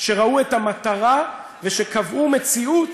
שראו את המטרה, וקבעו מציאות